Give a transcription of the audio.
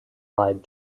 lied